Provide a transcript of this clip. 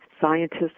scientists